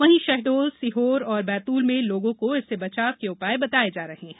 वहीं शहडोल और बैतूल में लोगों को इससे बचाव के उपाय बताये जा रहे हैं